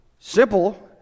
Simple